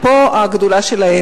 פה הגדולה שלהם.